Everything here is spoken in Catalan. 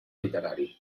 literari